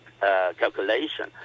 calculation